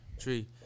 three